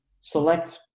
select